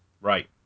Right